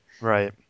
Right